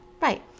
Right